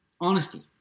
honesty